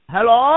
Hello